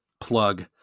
Plug